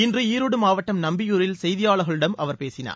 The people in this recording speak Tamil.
இன்று ஈரோடு மாவட்டம் நம்பியூரில் செய்தியாளர்களிடம் அவர் பேசினார்